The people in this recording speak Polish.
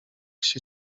się